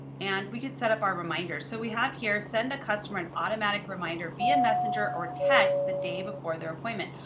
and we could set up our reminder. so we have here, send a customer an automatic reminder via messenger or text the day before their appointment.